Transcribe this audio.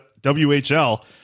WHL